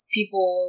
People